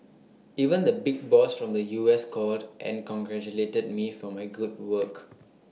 even the big boss from the U S called and congratulated me for my good work